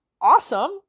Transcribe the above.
Awesome